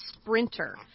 sprinter